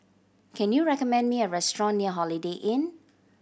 can you recommend me a restaurant near Holiday Inn